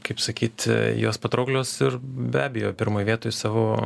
kaip sakyt jos patrauklios ir be abejo pirmoj vietoj savo